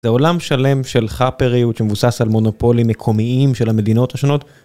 זה עולם שלם של חאפריות שמבוססת על מונופולים מקומיים של המדינות השונות.